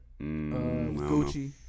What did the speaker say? Gucci